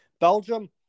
Belgium